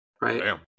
Right